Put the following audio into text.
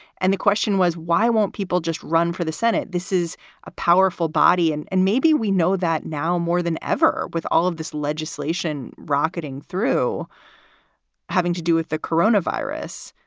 and the question was, why won't people just run for the senate? this is a powerful body. and and maybe we know that now more than ever with all of this legislation rocketing through having to do with the corona virus.